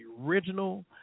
original